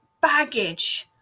baggage